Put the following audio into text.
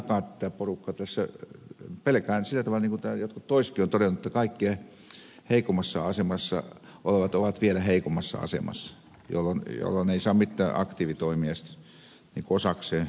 pelkään sillä tavalla niin kuin täällä jotkut toisetkin ovat todenneet että kaikkein heikoimmassa asemassa olevat ovat vielä heikommassa asemassa jolloin ei saa mitään aktiivitoimia osakseen tässä työllistämispuolella